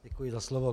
Děkuji za slovo.